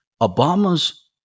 Obama's